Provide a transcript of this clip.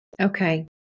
Okay